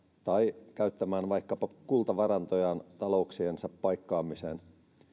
tai käyttämään vaikkapa kultavarantojaan talouksiensa paikkaamiseen